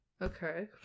Okay